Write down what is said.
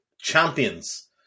champions